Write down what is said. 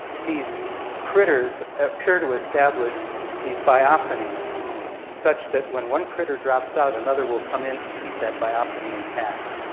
these critters appear to establish these biophonies such that when one critter drops out, another will come in to keep that biophony intact,